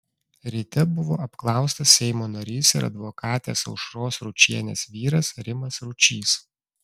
ryte buvo apklaustas seimo narys ir advokatės aušros ručienės vyras rimas ručys